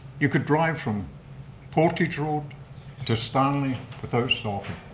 you could drive from portage road to stanley without stopping